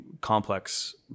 complex